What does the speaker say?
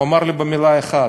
הוא אמר לי במילה אחת: